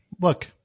Look